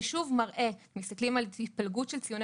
ששוב מראה שאם מסתכלים על התפלגות של ציוני